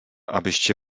abyście